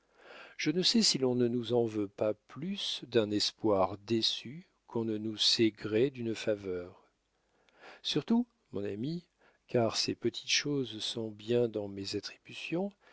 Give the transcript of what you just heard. je ne sais si l'on ne nous en veut pas plus d'un espoir déçu qu'on ne nous sait gré d'une faveur surtout mon ami car ces petites choses sont bien dans mes attributions